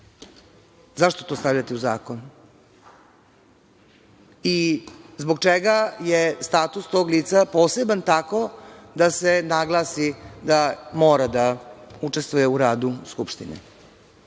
Zašto to stavljate u zakon? Zbog čega je status tog lica poseban tako da se naglasi da mora da učestvuje u radu skupštine?